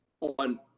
on